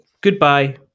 goodbye